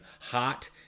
hot